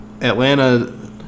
Atlanta